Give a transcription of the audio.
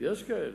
יש כאלה.